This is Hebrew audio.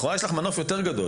לכאורה יש לכם מנוף יותר גדול.